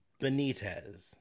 Benitez